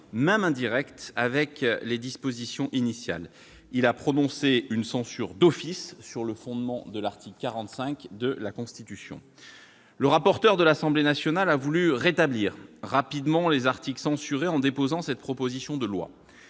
même indirect, avec les dispositions initiales ; il a prononcé une censure d'office sur le fondement de l'article 45 de la Constitution. Le rapporteur de l'Assemblée nationale a voulu rétablir rapidement les articles censurés en déposant cette proposition de loi.